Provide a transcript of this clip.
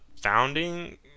founding